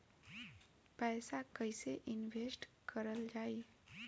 पैसा कईसे इनवेस्ट करल जाई?